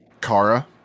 Kara